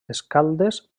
escaldes